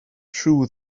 true